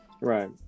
Right